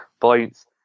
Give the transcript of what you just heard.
points